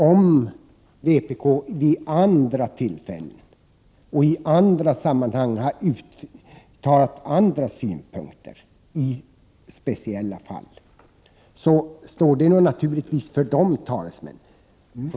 Om vpk vid andra tillfällen och i andra sammanhang har uttalat andra synpunkter i speciella fall, står det naturligtvis för de talesmännen.